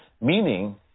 meaning